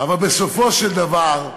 אבל בסופו של דבר,